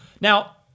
Now